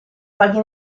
qualche